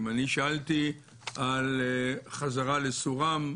אני שאלתי על חזרה לסורם,